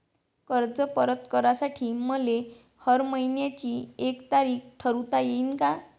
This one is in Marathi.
कर्ज परत करासाठी मले हर मइन्याची एक तारीख ठरुता येईन का?